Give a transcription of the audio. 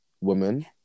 woman